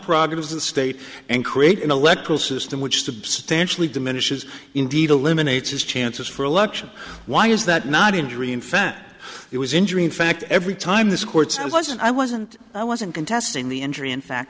the state and create an electoral system which substantially diminishes indeed eliminates his chances for election why is that not injury in fact it was injury in fact every time this court so i wasn't i wasn't i wasn't contesting the injury in fact